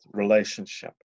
relationship